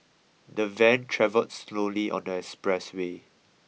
the van travelled slowly on the expressway